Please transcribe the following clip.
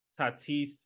tatis